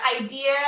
idea